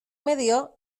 medio